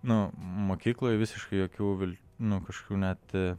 nu mokykloj visiškai jokių vil nuo kažkokių net